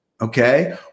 okay